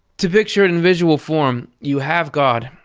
to picture it in visual form, you have god,